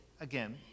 Again